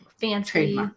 fancy